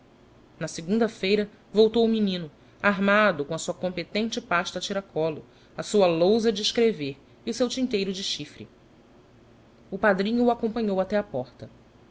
na segunda-feira voltou o menino armado com d sua competente pasta a tiracolo a sua lousa de escrever e o seu tinteiro de chifre o padrinho o acompanhou até á porta